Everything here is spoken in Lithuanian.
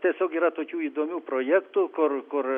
tiesiog yra tokių įdomių projektų kur kur